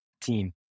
team